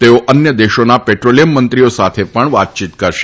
તેઓ અન્ય દેશોના પેટ્રોલિયમ મંત્રીઓ સાથે પણ વાતચીત કરશે